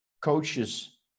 coaches